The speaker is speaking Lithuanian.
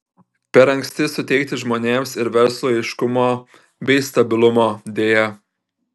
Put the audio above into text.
per anksti suteikti žmonėms ir verslui aiškumo bei stabilumo deja